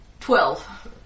Twelve